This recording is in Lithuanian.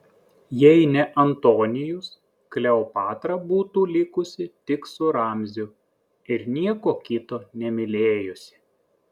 jei ne antonijus kleopatra būtų likusi tik su ramziu ir nieko kito nemylėjusi